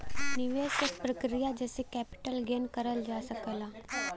निवेश एक प्रक्रिया जेसे कैपिटल गेन करल जा सकला